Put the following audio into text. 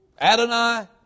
Adonai